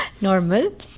normal